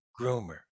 groomer